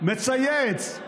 מאחור מצייץ.